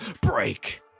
break